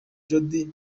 jody